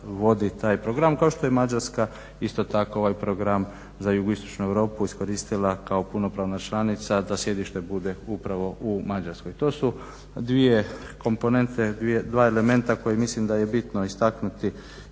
vodi taj program kao što je Mađarska isto tako ovaj program za jugoistočnu Europu iskoristila kao punopravna članica da sjedište bude upravo u Mađarskoj. To su dvije komponente, dva elementa koje mislim da je bitno istaknuti